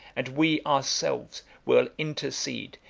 and we ourselves will intercede,